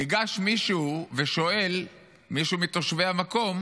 ניגש מישהו מתושבי המקום